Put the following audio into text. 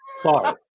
sorry